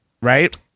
right